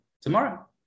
tomorrow